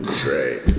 great